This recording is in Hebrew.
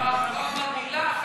הוא לא אמר מילה אחת